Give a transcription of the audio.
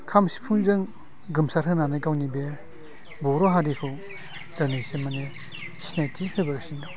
खाम सिफुंजों गोमसार होनानै गावनि बे बर' हारिखौ दिनैसिम माने सिनायथि होबोगासिनो दङ